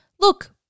Look